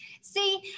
See